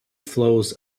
flows